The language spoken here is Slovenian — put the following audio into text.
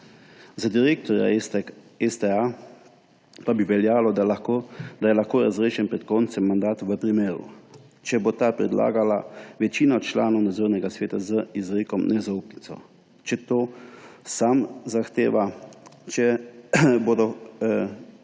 Za direktorja STA pa bi veljalo, da je lahko razrešen pred koncem mandata v primeru: če bo to predlagala večina članov Nadzornega sveta z izrekom nezaupnice; če to sam zahteva; če bodo